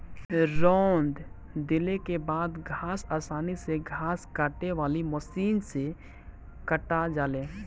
रौंद देले के बाद घास आसानी से घास काटे वाली मशीन से काटा जाले